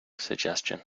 suggestion